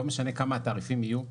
לא משנה כמה התעריפים יהיו,